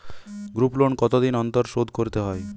Group loan কতদিন অন্তর শোধকরতে হয়?